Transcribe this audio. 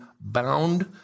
bound